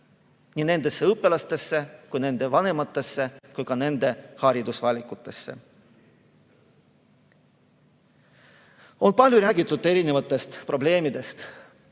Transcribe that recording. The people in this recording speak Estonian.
nii nendesse õpilastesse kui ka nende vanematesse ja ka nende haridusvalikutesse. On palju räägitud erinevatest probleemidest.